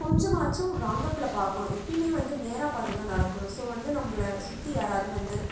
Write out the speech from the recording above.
கொஞ்சமாச்சும் ரவுண்டப்புல பார்க்கணும் எப்போயுமே வந்து நேராக பார்த்துதான் நடக்கணும் ஸோ வந்து நம்மள சுத்தி யாராவது வந்து